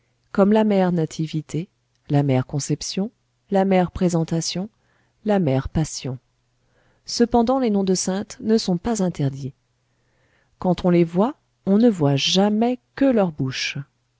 comme la mère nativité la mère conception la mère présentation la mère passion cependant les noms de saintes ne sont pas interdits quand on les voit on ne voit jamais que leur bouche